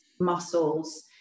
muscles